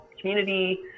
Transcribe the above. community